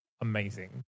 amazing